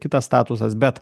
kitas statusas bet